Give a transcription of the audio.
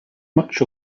much